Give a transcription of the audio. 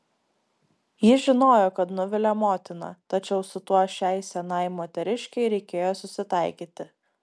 ji žinojo kad nuvilia motiną tačiau su tuo šiai senai moteriškei reikėjo susitaikyti